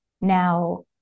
Now